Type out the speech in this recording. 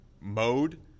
mode